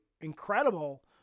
incredible